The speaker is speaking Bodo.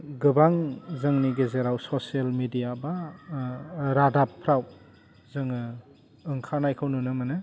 गोबां जोंनि गेजराव ससेल मेदिया बा रादाबफ्राव जोङो ओंखारनायखौ नुनो मोनो